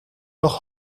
noch